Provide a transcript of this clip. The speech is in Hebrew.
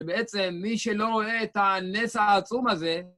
ובעצם מי שלא רואה את הנס העצום הזה...